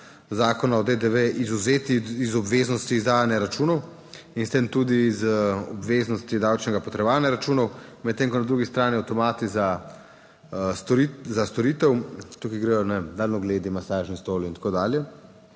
Zakona o DDV izvzeti iz obveznosti izdajanja računov in s tem tudi iz obveznosti davčnega potrjevanja računov medtem, ko na drugi strani avtomati storitev - tukaj gredo daljnogledi, masažni stol in tako dalje,